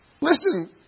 Listen